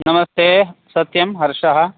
नमस्ते सत्यं हर्षः